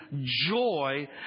joy